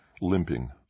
limping